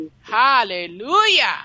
hallelujah